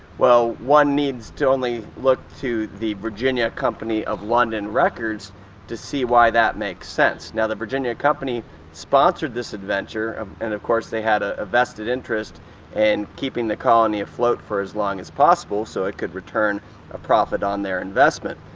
well, one needs to only look to the virginia company of london records to see why that makes sense. now, the virginia company sponsored this adventure, and of course, they had ah a vested interest in and keeping the colony afloat for as long as possible so it could return a profit on their investment.